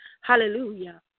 Hallelujah